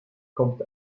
kommt